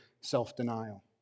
self-denial